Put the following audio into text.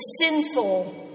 sinful